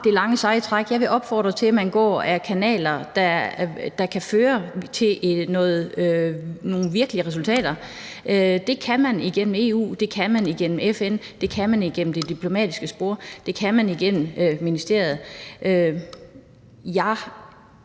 det lange seje træk. Jeg vil opfordre til, at man går ad kanaler, der kan føre til nogle virkelige resultater. Det kan man igennem EU. Det kan man igennem FN. Det kan man igennem det diplomatiske spor. Det kan man igennem ministeriet.